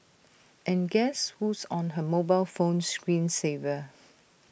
and guess who's on her mobile phone screen saver